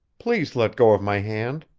please let go of my hand.